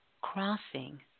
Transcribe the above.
crossing